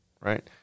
Right